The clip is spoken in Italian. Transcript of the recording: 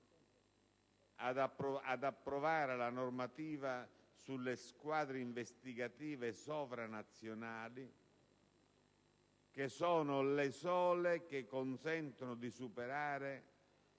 ad approvare la normativa sulle squadre investigative sovranazionali, che sono le sole che consentono di superare